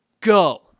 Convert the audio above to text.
Go